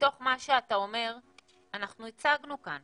ומתוך מה שאתה אומר אנחנו הצגנו כאן,